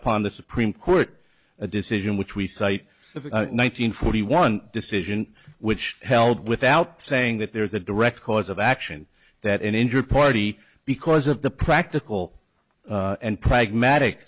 upon the supreme court decision which we cite of a nine hundred forty one decision which held without saying that there's a direct cause of action that an injured party because of the practical and pragmatic